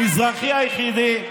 המזרחי היחיד.